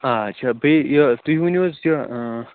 آچھا بیٚیہِ یہِ تُہۍ ؤنِو حظ یہِ